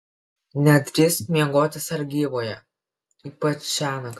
nedrįsk miegoti sargyboje ypač šiąnakt